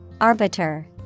Arbiter